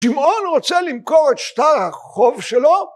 ‫שמעון רוצה למכור את שטר החוב שלו?